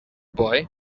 boy